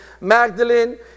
Magdalene